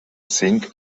cinc